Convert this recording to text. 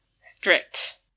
strict